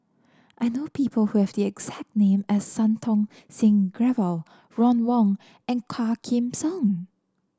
I know people who have the exact name as Santokh Singh Grewal Ron Wong and Quah Kim Song